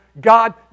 God